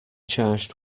charged